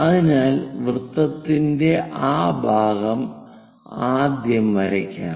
അതിനാൽ വൃത്തത്തിന്റെ ആ ഭാഗം ആദ്യം വരയ്ക്കാം